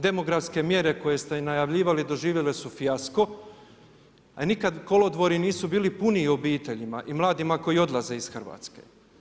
Demografske mjere koje ste i najavljivali doživjele su fijasko a nikad kolodvori nisu bili puniji obiteljima i mladima koji odlaze iz Hrvatske.